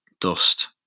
dust